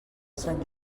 sant